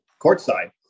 courtside